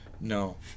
No